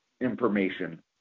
information